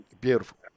beautiful